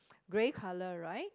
grey colour right